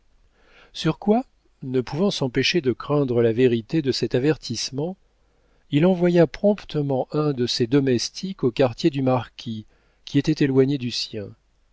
sur quoi ne pouvant s'empêcher de craindre la vérité de cet avertissement il envoya promptement un de ses domestiques au quartier du marquis qui était éloigné du sien